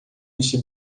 neste